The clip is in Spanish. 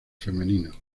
femeninos